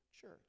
church